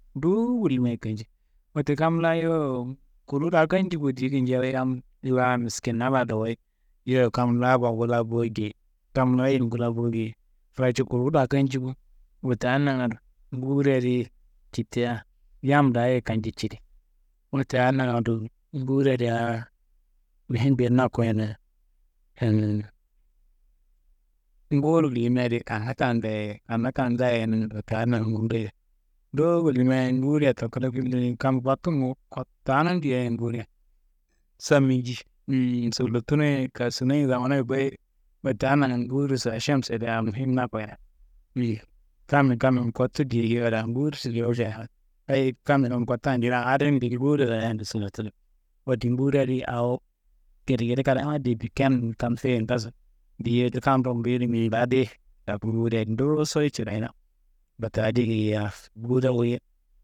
Nduwu wullimia ye kanci, wote kam laa yowo kuluwu daa kanci bo diye kinjalayi yam laa miskinaá laa dowuyi, yowo kam laa abangu laa bo- ye diye, kam laa ayiyengu laa bo- ye diye, racu kuluwu daa kanci bo wote adi nangando nguri adi citea yam dayiye kance cedi. Wote adi nangando, nguri adi aa mihimbe na koyina, nguri wullimia di kanna kambeye, kanna kam ngayoye, wote adi nagando. Nduwu wullimiaye nguria toku kla killoyiye, kam kottungu, kottanun diaye nguria saminji huh sollotunoyi ye, kassunoyi ye, samana yukoyi ye. Wote adi nangando, nguriso, ašemso, aa mihim nakoyina, huh kammu n kammu n kottu diye geyiwa nguriso geyi walja, hayi kammu n kammu n kotta njirea adin. Wote nguri adi awo gedegede kadaa na diye, bike n kamkuye n ngaso diye kam rumbu ye rimi adiyi toku nguri adi nduwusoyi cirayina. Wote adi geyi, nguria woyiya.